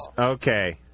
okay